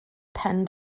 pen